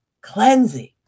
cleansing